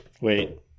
Wait